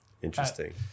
Interesting